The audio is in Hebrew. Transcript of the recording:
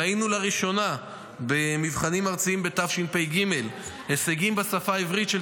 ראינו לראשונה במבחנים ארציים בתשפ"ג הישגים בשפה העברית של